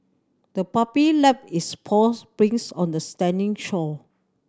the puppy left its paw prints on the sandy shore